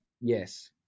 Yes